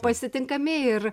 pasitinkami ir